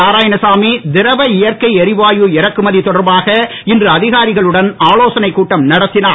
நாராயணசாமி திரவ இயற்கை எரிவாயு இறக்குமதி தொடர்பாக இன்று அதிகாரிகளுடன் ஆலோசனைக் கூட்டம் நடத்தினார்